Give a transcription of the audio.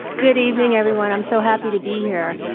good evening everyone. i'm so happy to be here.